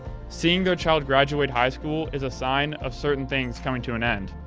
seeing their child graduate high school is a sign of certain things coming to an end.